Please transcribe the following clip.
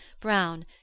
brown